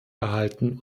erhalten